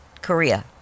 Korea